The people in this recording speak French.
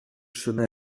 chemin